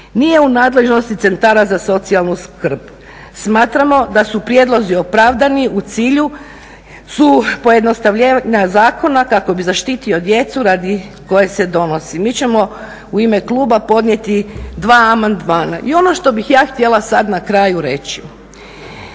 nije u nadležnosti centara za socijalnu skrb. Smatramo da su prijedlozi opravdani, u cilju su pojednostavljenja zakona kako bi zaštitio djecu radi koje se i donosi. Mi ćemo u ime kluba podnijeti dva amandmana. I ono što bih ja htjela sad na kraju reći